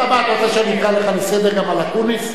אתה רוצה שאני אקרא לך לסדר גם על אקוניס?